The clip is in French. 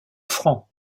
francs